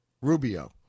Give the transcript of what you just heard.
Rubio